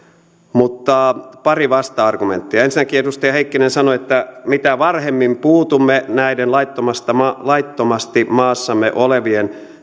mutta pari vasta argumenttia ensinnäkin edustaja heikkinen sanoitte mitä varhemmin puutumme näiden laittomasti maassamme olevien